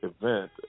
event